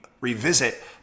revisit